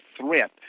threat